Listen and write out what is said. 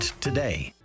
today